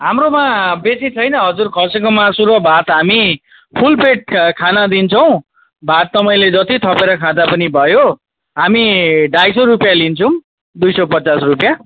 हाम्रोमा बेसी छैन हजुर खसिको मासु र भात हामी फुल प्लेट खाना दिन्छौँ भात तपाईँले जति थपेर खाँदा पनि भयो हामी अढाइ सौ रुपियाँ लिन्छौँ दुई सौ पचास रुपियाँ